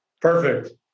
Perfect